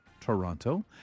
Toronto